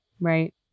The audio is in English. Right